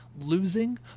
losing